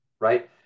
right